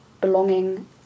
belonging